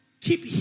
Keep